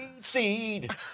seed